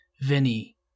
Vinny